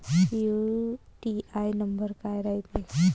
UTR number काय रायते?